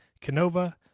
Canova